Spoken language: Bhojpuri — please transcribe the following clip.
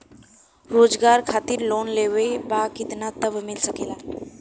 रोजगार खातिर लोन लेवेके बा कितना तक मिल सकेला?